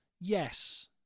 Yes